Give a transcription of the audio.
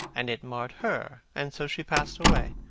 and it marred her, and so she passed away.